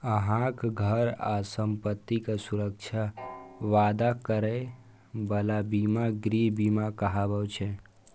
अहांक घर आ संपत्तिक सुरक्षाक वादा करै बला बीमा गृह बीमा कहाबै छै